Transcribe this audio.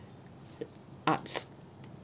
uh arts